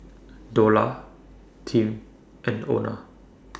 Dola Tim and Ona